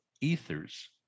ethers